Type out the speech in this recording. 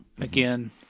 again